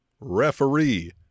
referee